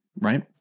Right